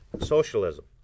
Socialism